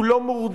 הוא לא מורדם,